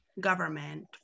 government